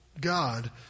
God